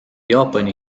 jaapani